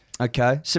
Okay